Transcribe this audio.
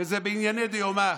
וזה בענייני דיומא,